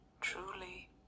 truly